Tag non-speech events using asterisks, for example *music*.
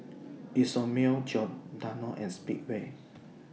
*noise* Isomil Giordano and Speedway